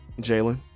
Jalen